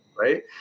Right